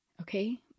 okay